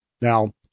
Now